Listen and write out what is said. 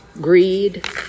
greed